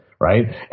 Right